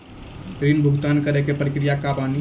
ऋण भुगतान करे के प्रक्रिया का बानी?